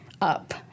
up